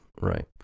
right